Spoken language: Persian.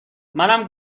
منم